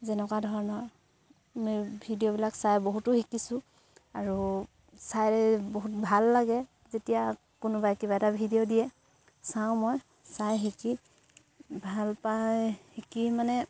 যেনেকুৱা ধৰণৰ এই ভিডিঅ'বিলাক চাই বহুতো শিকিছোঁ আৰু চাই বহুত ভাল লাগে যেতিয়া কোনোবাই কিবা এটা ভিডিঅ' দিয়ে চাওঁ মই চাই শিকি ভাল পায় শিকি মানে